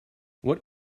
what